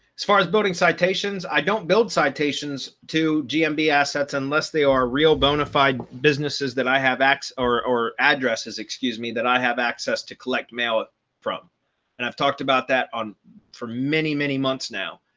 as far as building citations, i don't build citations to gmb assets unless they are real bona fide businesses that i have x or or addresses excuse me that i have access to collect mail from and i've talked about that on for many, many months. now.